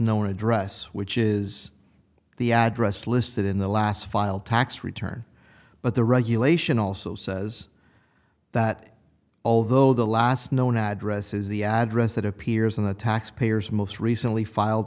known address which is the address listed in the last file tax return but the regulation also says that although the last known address is the address that appears in the taxpayer's most recently filed